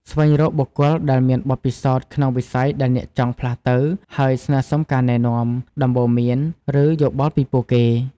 ស្វែងរកបុគ្គលដែលមានបទពិសោធន៍ក្នុងវិស័យដែលអ្នកចង់ផ្លាស់ទៅ ហើយស្នើសុំការណែនាំ ដំបូន្មាន ឬយោបល់ពីពួកគេ។